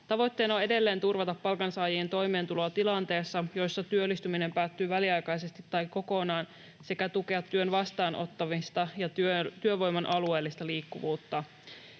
Tavoitteena on edelleen turvata palkansaajien toimeentuloa tilanteissa, joissa työllistyminen päättyy väliaikaisesti tai kokonaan, sekä tukea työn vastaanottamista ja työvoiman alueellista liikkuvuutta.